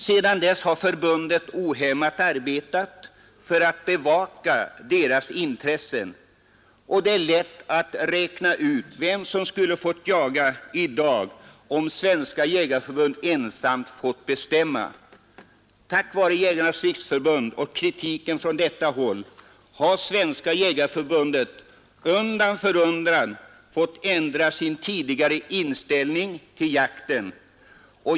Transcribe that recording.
Sedan dess har förbundet ohämmat arbetat för att bevaka medlemmarnas intressen, och det är lätt att räkna ut vilka som skulle ha fått jaga i dag, om Svenska jägareförbundet ensamt fått bestämma. Tack vare Jägarnas riksförbund och kritiken från detta håll har Svenska jägareförbundet undan för undan fått ändra sin tidigare inställning till jakten.